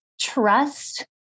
Trust